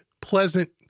pleasant